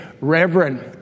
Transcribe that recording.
reverend